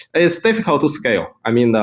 it's difficult to scale. i mean,